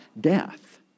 death